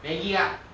maggi kak